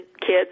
kids